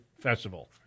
Festival